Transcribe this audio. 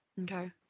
Okay